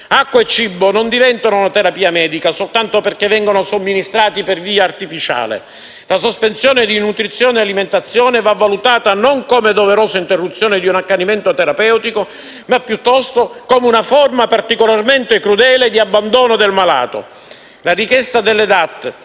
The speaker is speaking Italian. Acqua e cibo non diventano una terapia medica soltanto perché vengono somministrati per via artificiale. La sospensione di nutrizione e di alimentazione va valutata non come doverosa interruzione di un accanimento terapeutico, ma piuttosto come una forma particolarmente crudele di abbandono del paziente. La richiesta delle DAT